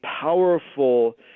powerful